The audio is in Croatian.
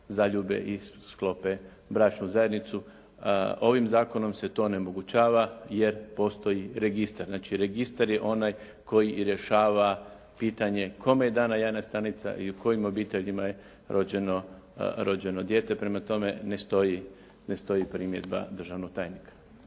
zaljube i sklope bračnu zajednicu. Ovim zakonom se to onemogućava jer postoji registar. Znači registar je onaj koji i rješava pitanje kome je dana jajna stanica i u kojim obiteljima je rođeno dijete. Prema tome ne stoji, ne stoji primjedba državnog tajnika.